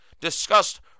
discussed